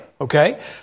okay